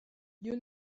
you